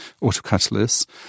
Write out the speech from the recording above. auto-catalysts